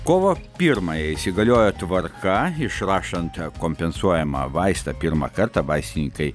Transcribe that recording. kovo pirmąją įsigaliojo tvarka išrašant kompensuojamą vaistą pirmą kartą vaistininkai